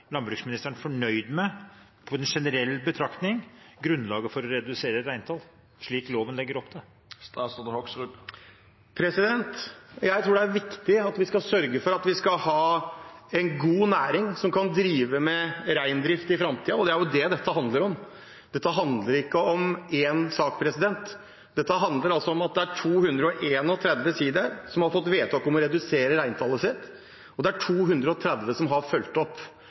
landbruksministeren – med en generell betraktning – fornøyd med grunnlaget for å redusere reintall, slik loven legger opp til? Jeg tror det er viktig at vi sørger for å ha en god næring som kan drive med reindrift i framtiden, og det er det dette handler om. Dette handler ikke om én sak, dette handler om at det er 231 sidaer som har fått vedtak om å redusere reintallet sitt, og det er 230 som har fulgt opp.